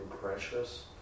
precious